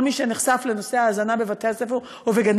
כל מי שנחשף לנושא ההזנה בבתי הספר ובגני